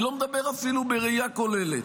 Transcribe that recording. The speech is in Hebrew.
אני לא מדבר אפילו בראייה כוללת,